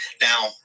Now